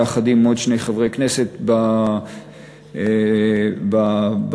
יחד עם עוד שני חברי כנסת שנמצאים במליאה.